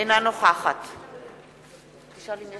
אינה נוכחת רבותי,